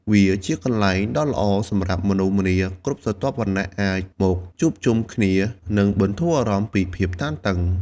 វាជាកន្លែងដ៏ល្អសម្រាប់មនុស្សម្នាគ្រប់ស្រទាប់វណ្ណៈអាចមកជួបជុំគ្នា និងបន្ធូរអារម្មណ៍ពីភាពតានតឹង។